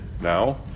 now